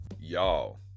Y'all